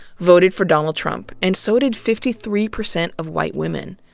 voted for donald trump. and so did fifty three percent of white women.